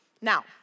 Now